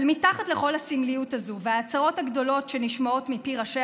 אבל מתחת לכל הסמליות הזו וההצהרות הגדולות שנשמעות מפי ראשי